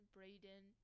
Braden